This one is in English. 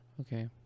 Okay